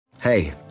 Hey